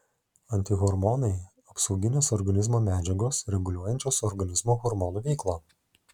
antihormonai apsauginės organizmo medžiagos reguliuojančios organizmo hormonų veiklą